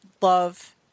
love